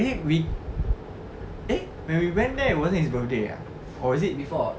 eh we eh when we went there it wasn't his birthday ah or is it